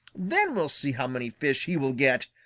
then we'll see how many fish he will get!